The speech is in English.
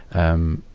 um,